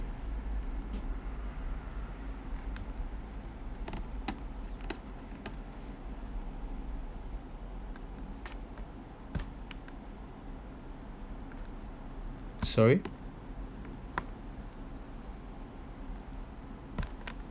sorry